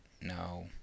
No